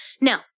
Now